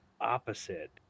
opposite